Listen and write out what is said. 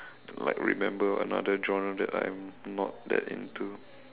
like remember another genre that I'm not that into